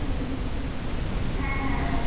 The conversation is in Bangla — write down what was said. হম হ্যাঁ হ্যাঁ রাখছি